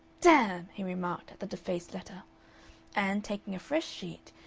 damn! he remarked at the defaced letter and, taking a fresh sheet,